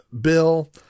Bill